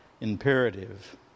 imperative